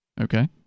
okay